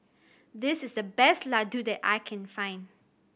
this is the best Ladoo that I can find